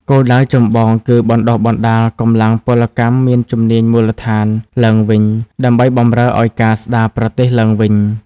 គោលដៅចម្បងគឺបណ្តុះបណ្តាល កម្លាំងពលកម្មមានជំនាញមូលដ្ឋាន ឡើងវិញ ដើម្បីបម្រើឱ្យការស្តារប្រទេសឡើងវិញ។